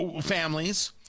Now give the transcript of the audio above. families